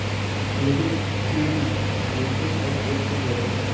liquidity जोखिम एक वित्तिय जोखिम छे